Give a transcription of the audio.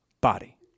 body